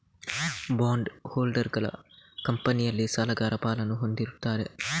bond ಹೋಲ್ಡರುಗಳು ಕಂಪನಿಯಲ್ಲಿ ಸಾಲಗಾರ ಪಾಲನ್ನು ಹೊಂದಿರುತ್ತಾರೆ